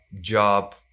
job